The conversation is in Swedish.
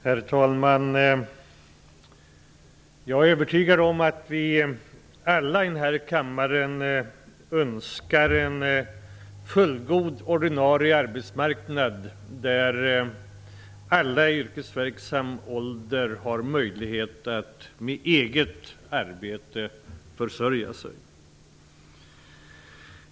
Herr talman! Jag är övertygad om att vi alla i denna kammare önskar en fullgod ordinarie arbetsmarknad där alla i yrkesverksam ålder har möjlighet att försörja sig med eget arbete.